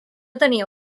tenia